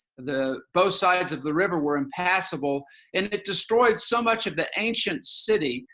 the both sides of the river were impassable and it destroyed so much of the ancient city,